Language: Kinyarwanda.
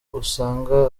usanga